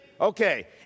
Okay